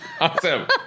awesome